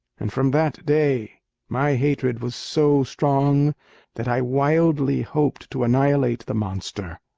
and from that day my hatred was so strong that i wildly hoped to annihilate the monster.